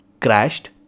crashed